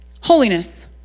Holiness